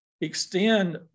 extend